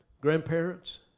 grandparents